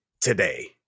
today